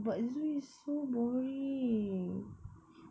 but zoo is so boring